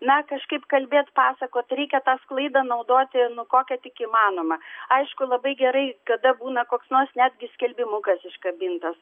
na kažkaip kalbėt pasakot reikia tą sklaidą naudoti nu kokią tik įmanoma aišku labai gerai kada būna koks nors netgi skelbimukas iškabintas